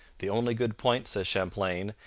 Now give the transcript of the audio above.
the only good point says champlain,